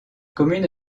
communes